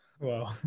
Wow